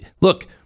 Look